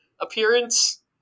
appearance